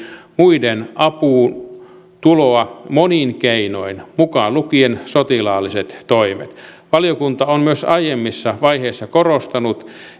muiden apuuntuloa monin keinoin mukaan lukien sotilaalliset toimet valiokunta on myös aiemmissa vaiheissa korostanut